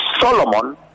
Solomon